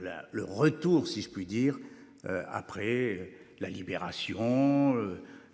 la le retour si je puis dire. Après la Libération.